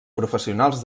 professionals